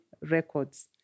records